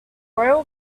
royal